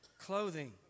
clothing